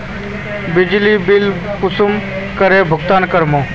बिजली बिल कुंसम करे भुगतान कर बो?